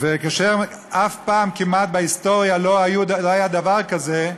אף פעם כמעט בהיסטוריה לא היה דבר כזה,